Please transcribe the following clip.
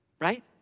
right